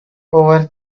over